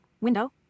window